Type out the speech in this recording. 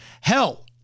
Hell